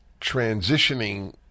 transitioning